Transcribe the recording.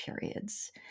periods